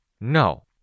No